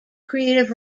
creative